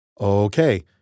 Okay